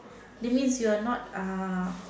that means you're not uh